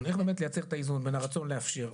איך באמת לייצר את האיזון בין הרצון לאפשר.